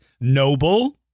Noble